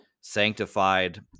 sanctified